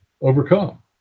overcome